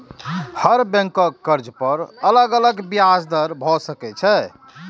हर बैंकक कर्ज पर अलग अलग ब्याज दर भए सकै छै